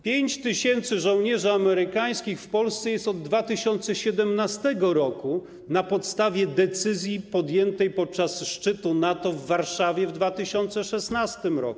5 tys. żołnierzy amerykańskich jest w Polsce od 2017 r., na podstawie decyzji podjętej podczas szczytu NATO w Warszawie w 2016 r.